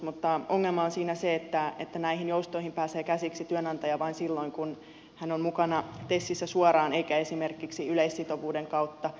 mutta ongelma on siinä se että näihin joustoihin pääsee käsiksi työnantaja vain silloin kun hän on mukana tesissä suoraan eikä esimerkiksi yleissitovuuden kautta